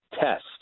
test